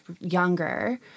younger